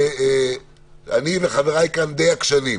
אני וחבריי כאן די עקשנים.